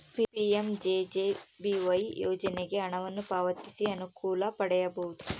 PMJJBY ಯೋಜನೆಗೆ ಹಣವನ್ನು ಪಾವತಿಸಿ ಅನುಕೂಲ ಪಡೆಯಬಹುದು